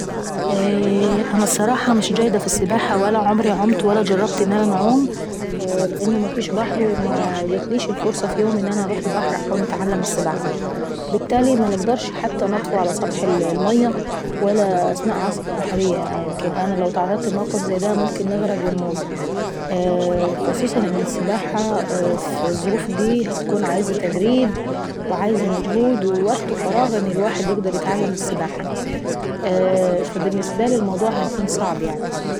انا الصراحة مش جيدة في السباحة ولا عمت ولا جربت ان انا نعوم لأن مفيش بحر ومجاتليش الفرصة في يوم ان انا نروح البحر ونتعلم السباحة، أو حتى نطفو على سطح المية. ولا اثناء عاصفة بحرية يمكن انا لو اتعرضت لموقف زي دا ممكن نغرق ونموت. خصوصا ان السباحة في الظروف دي هتكون عاوزة تدريب وعاوز مجهود وعاوزة وكت وفراغ ان الواحد يقدر نتعلم السباحة، فالبنسبة لي الموضوع هيكون صعب يعناي.